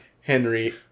Henry